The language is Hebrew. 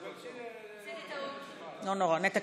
נתקן.